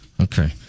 okay